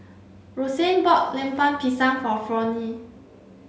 Rosanne bought Lemper Pisang for Fronnie